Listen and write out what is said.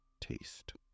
taste